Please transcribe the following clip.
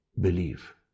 believe